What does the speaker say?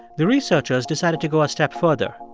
the researchers decided to go a step further.